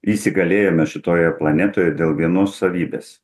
įsigalėjome šitoje planetoje dėl vienos savybės